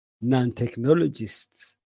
non-technologists